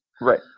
Right